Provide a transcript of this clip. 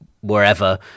wherever